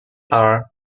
are